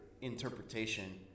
interpretation